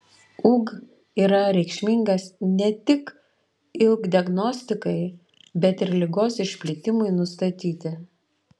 ug yra reikšmingas ne tik ilk diagnostikai bet ir ligos išplitimui nustatyti